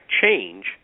change